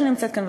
שנמצאת כאן,